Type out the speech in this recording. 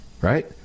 right